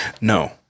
No